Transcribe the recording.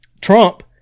Trump